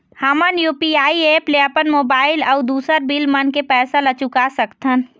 हमन UPI app ले अपन मोबाइल अऊ दूसर बिल मन के पैसा ला चुका सकथन